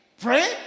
pray